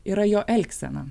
yra jo elgsena